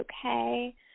okay